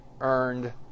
earned